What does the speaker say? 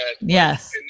Yes